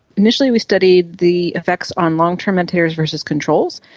initially we studied the effects on long-term meditators versus controls,